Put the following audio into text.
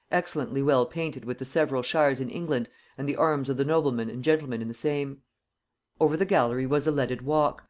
excellently well painted with the several shires in england and the arms of the noblemen and gentlemen in the same over the gallery was a leaded walk,